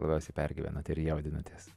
labiausiai pergyvenot ir jaudinotės